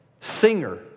singer